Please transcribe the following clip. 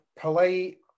polite